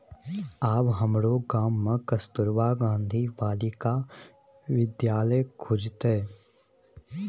आब हमरो गाम मे कस्तूरबा गांधी बालिका विद्यालय खुजतै